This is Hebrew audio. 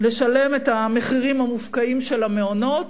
לשלם את המחירים המופקעים של המעונות,